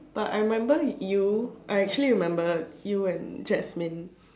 but I remember you I actually remember you and Jasmine